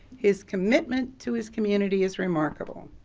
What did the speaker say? his commitment to his community is remarkable.